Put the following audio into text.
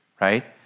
right